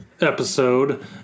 episode